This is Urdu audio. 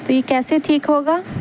تو یہ کیسے ٹھیک ہوگا